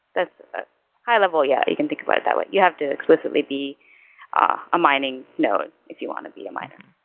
ah high level, yeah, you can think about it that way. you have to explicitly be ah a mining node if you want to be a miner.